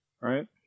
right